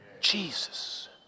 Jesus